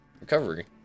recovery